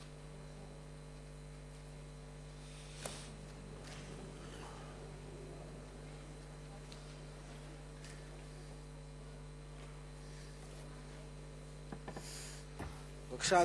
בבקשה,